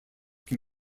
can